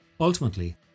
Ultimately